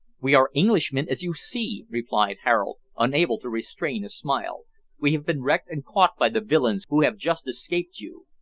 we are englishmen, as you see, replied harold, unable to restrain a smile we have been wrecked and caught by the villains who have just escaped you.